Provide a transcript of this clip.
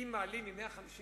אם מעלים מ-159